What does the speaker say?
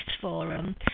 forum